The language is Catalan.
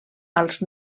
als